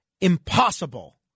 impossible